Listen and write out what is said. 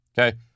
okay